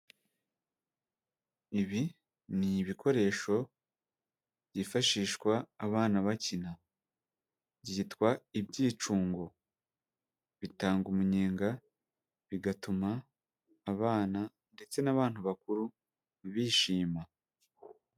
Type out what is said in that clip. Ibi ni ibikoresho byifashishwa abana bakina, byitwa ibyicungo, bitanga umunyenga bigatuma abana ndetse n'abantu bakuru bishima.